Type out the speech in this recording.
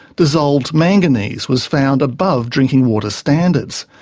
dissolved manganese was found above drinking water standards.